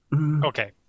Okay